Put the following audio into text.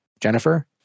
Jennifer